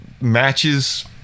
matches